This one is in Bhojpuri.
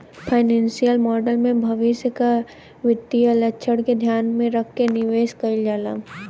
फाइनेंसियल मॉडल में भविष्य क वित्तीय लक्ष्य के ध्यान में रखके निवेश कइल जाला